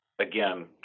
Again